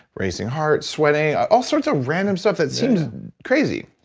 racing heart, sweating, all sorts of random stuff that seems crazy.